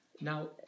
Now